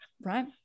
right